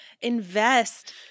Invest